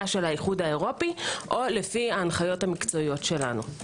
של האיחוד האירופי או לפי ההנחיות המקצועיות שלנו.